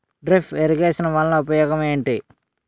drip irrigation వలన ఉపయోగం ఏంటి